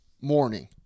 morning